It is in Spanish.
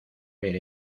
ver